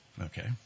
Okay